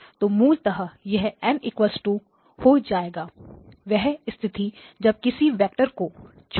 तो मूलत यह N 2 हो जाएगा वह स्थिति जब किसी वेक्टर को छोड़ दिया जाए